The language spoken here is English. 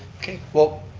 okay, well,